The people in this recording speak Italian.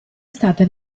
stata